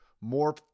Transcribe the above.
more